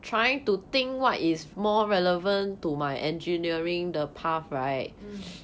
mm